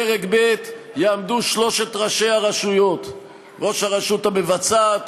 בדרג ב' יעמדו שלושת ראשי הרשויות: ראש הרשות המבצעת,